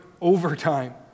overtime